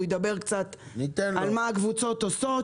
הוא ידבר קצת על מה הקבוצות עושות.